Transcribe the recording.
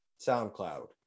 SoundCloud